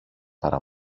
παρά